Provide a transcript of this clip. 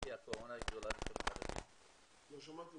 בשיא הקורונה- -- לא שמעתי.